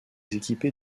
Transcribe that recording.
équipés